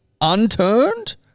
Unturned